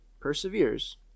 perseveres